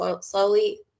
slowly